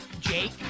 jake